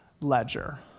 ledger